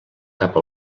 cap